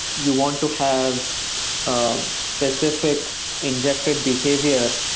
you want to have um specific injected behavior,